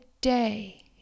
day